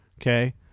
Okay